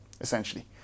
essentially